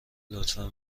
لطفا